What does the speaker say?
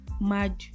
mad